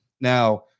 Now